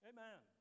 Amen